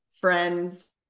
friends